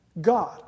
God